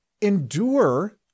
endure